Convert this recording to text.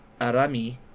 Arami